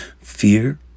Fear